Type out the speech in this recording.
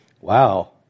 Wow